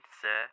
sir